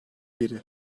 biri